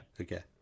Okay